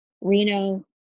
Reno